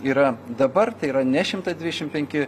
yra dabar tai yra ne šimtas dvidešim penki